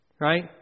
Right